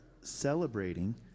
celebrating